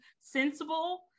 sensible